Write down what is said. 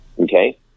Okay